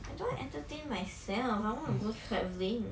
I don't want entertain myself I want to go travelling